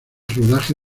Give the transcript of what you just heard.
rodaje